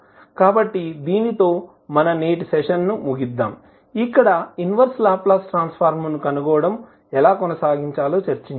కాబట్టి దీనితో మన నేటి సెషన్ను ముగిద్దాం ఇక్కడ ఇన్వర్స్ లాప్లాస్ ట్రాన్స్ ఫార్మ్ ను కనుగొనడం ఎలా కొనసాగించాలో చర్చించాము